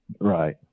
Right